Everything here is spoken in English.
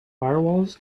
firewalls